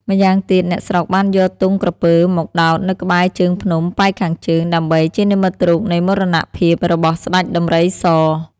ម្យ៉ាងទៀត អ្នកស្រុកបានយកទង់ក្រពើមកដោតនៅក្បែរជើងភ្នំប៉ែកខាងជើងដើម្បី ជានិមិត្តរូបនៃមរណភាពរបស់ស្តេចដំរីស។